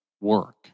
work